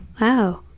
wow